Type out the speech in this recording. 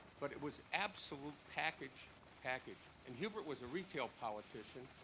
but it was absolute package package. and hubert was a retail politician,